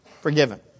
forgiven